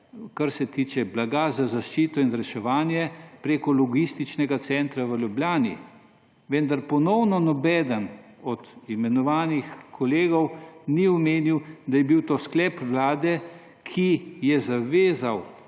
kar se tiče blaga za zaščito in reševanje, preko logističnega centra v Ljubljani. Vendar ponovno nobeden od imenovanih kolegov ni omenil, da je bil to sklep Vlade, ki je zavezal